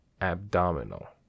Abdominal